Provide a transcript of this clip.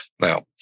Now